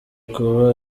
kuba